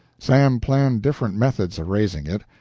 sam planned different methods of raising it.